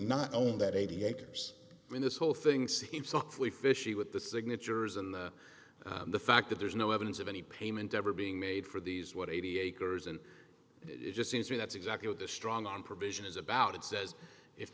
not own that eighty acres when this whole thing seems awfully fishy with the signatures and the fact that there's no evidence of any payment ever being made for these what eighty acres and it just seems to me that's exactly what the strong arm provision is about it says if